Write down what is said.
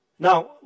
Now